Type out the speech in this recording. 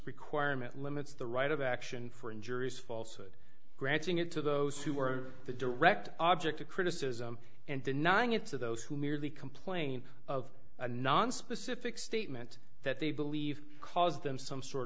requirement limits the right of action for injurious false would granting it to those who are the direct object of criticism and denying it to those who merely complain of a nonspecific statement that they believe caused them some sort